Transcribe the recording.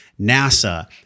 NASA